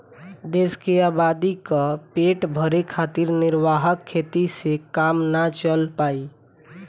देश के आबादी क पेट भरे खातिर निर्वाह खेती से काम ना चल पाई